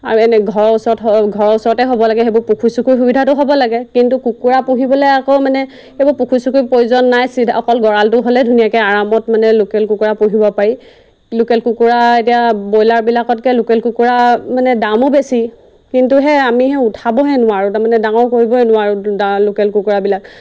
আৰু এনেই ঘৰৰ ওচৰত ঘৰৰ ওচৰতে হ'ব লাগে সেইবোৰ পুখুৰী সুবিধাটো হ'ব লাগে কিন্তু কুকুৰা পুহিবলৈ আকৌ মানে সেইবোৰ পুখুৰী চুখুৰীৰ প্ৰয়োজন নাই অকল গঁড়ালটো হ'লে ধুনীয়াকৈ আৰামত মানে লোকেল কুকুৰা পুহিব পাৰি লোকেল কুকুৰা এতিয়া ব্ৰইলাৰবিলাকতকৈ লোকেল কুকুৰা মানে দামো বেছি কিন্তু সেয়া আমি সেই উঠাবহে নোৱাৰোঁ তাৰমানে ডাঙৰ কৰিবই নোৱাৰোঁ ডা লোকেল কুকুৰাবিলাক